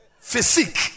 physique